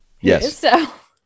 Yes